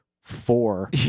four